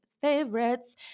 favorites